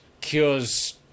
cures